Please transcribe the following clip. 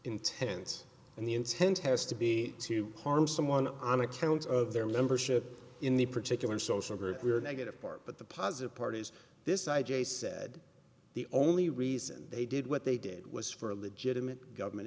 intense and the intent has to be to harm someone on account of their membership in the particular social group we are negative part but the positive part is this i j said the only reason they did what they did was for a legitimate government